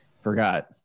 forgot